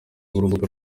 b’urubuga